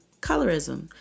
colorism